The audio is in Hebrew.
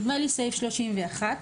סעיף 31,